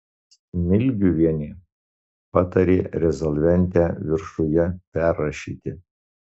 smilgiuvienė patarė rezolventę viršuje perrašyti